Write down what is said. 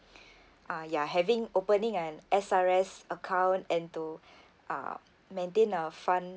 ah ya having opening an S_R_S account and to uh maintain a fund